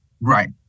Right